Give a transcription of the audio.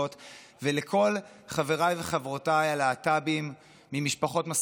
ולכל חבריי וחברותיי הלהט"בים ממשפחות מסורתיות ומזרחיות,